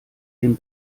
dem